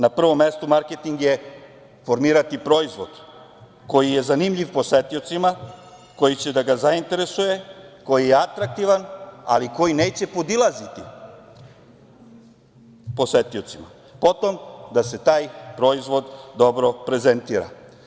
Na prvom mestu, marketing je formirati proizvod koji je zanimljiv posetiocima, koji će da ga zainteresuje, koji je atraktivan, ali koji neće podilaziti posetiocima, potom da se taj proizvod dobro prezentira.